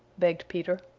begged peter.